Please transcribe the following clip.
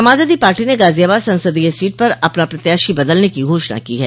समाजवादी पार्टी ने गाजियाबाद संसदीय सीट पर अपना प्रत्याशी बदलने की घोषणा की है